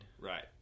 Right